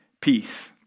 peace